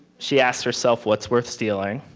she asked herself what's worth stealing,